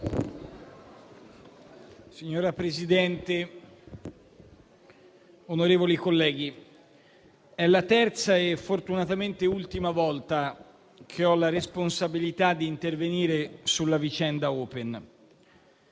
Signor Presidente, onorevoli colleghi è la terza e, fortunatamente, ultima volta che ho la responsabilità di intervenire sulla vicenda Open.